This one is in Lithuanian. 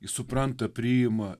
supranta priima